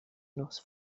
nos